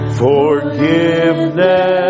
forgiveness